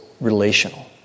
relational